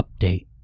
update